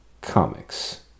comics